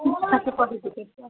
thirty forty టికెట్సా